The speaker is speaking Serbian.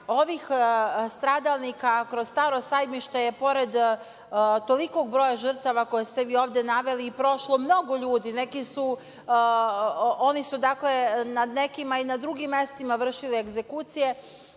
ovih stradalnika kroz „Staro Sajmište“ je pored tolikog broja žrtava koje ste vi ovde naveli, prošlo mnogo ljudi, oni su nad nekima i na drugim mestima vršili egzekucije,